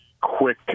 quick